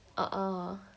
orh